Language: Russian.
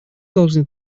должны